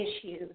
issues